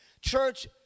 Church